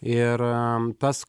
ir am tas